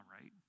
right